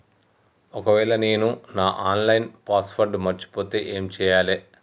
ఒకవేళ నేను నా ఆన్ లైన్ పాస్వర్డ్ మర్చిపోతే ఏం చేయాలే?